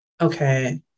okay